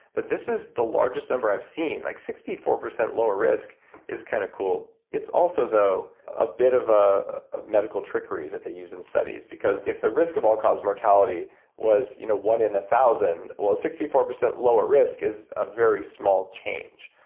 but this the largest number i've seen. like sixty four percent lower risk is kind of cool. it's also though a bit of ah a medical trickery that they use in studies because if the risk of all cause of mortality was you know one in one ah thousand, well sixty four percent lower risk is a very small change.